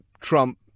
Trump